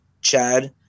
Chad